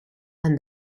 and